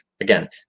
Again